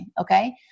Okay